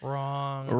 Wrong